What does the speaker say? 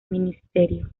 ministerio